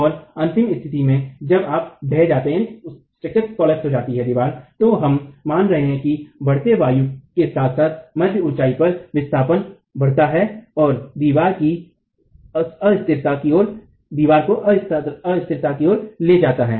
और अंतिम स्थिति में जब आप ढह जाते हैं तो हम मान रहे हैं कि बढ़ते वायु भार के साथ मध्य ऊंचाई पर विस्थापन बढ़ता है और दीवार को अस्थिरता की ओर ले जाया जाता है